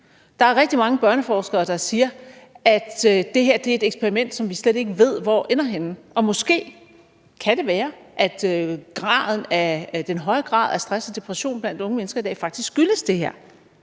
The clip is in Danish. Der er rigtig mange børneforskere, der siger, at det her er et eksperiment, som vi slet ikke ved hvor ender henne, og det kan måske være, at den høje grad af stress og depression blandt unge mennesker i dag faktisk skyldes det her.